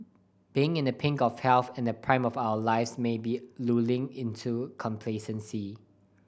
being in the pink of health and the prime of our lives may also be lulling into complacency